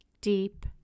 deep